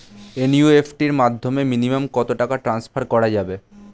NEFT এর মাধ্যমে minimum কত টাকা টান্সফার করা যাবে?